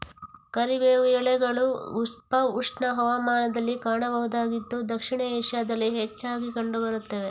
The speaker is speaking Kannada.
ಕರಿಬೇವು ಎಲೆಗಳು ಉಪ ಉಷ್ಣ ಹವಾಮಾನದಲ್ಲಿ ಕಾಣಬಹುದಾಗಿದ್ದು ದಕ್ಷಿಣ ಏಷ್ಯಾದಲ್ಲಿ ಹೆಚ್ಚಾಗಿ ಕಂಡು ಬರುತ್ತವೆ